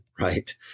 right